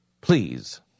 Please